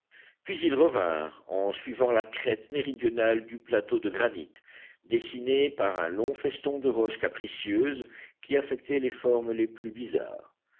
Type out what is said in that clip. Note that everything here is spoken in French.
puis ils revinrent en suivant la crête méridionale du plateau de granit dessinée par un long feston de roches capricieuses qui affectaient les formes les plus bizarres